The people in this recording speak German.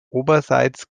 oberseits